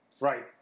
Right